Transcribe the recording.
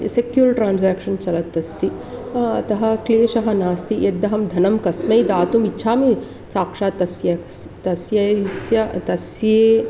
secure transaction चलत् अस्ति अतः क्लेशः नास्ति यद्दहं धनं कस्मै दातुमिच्छामि साक्षात् तस्य तस्यै तस्ये